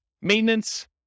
Maintenance